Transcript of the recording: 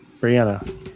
Brianna